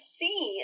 see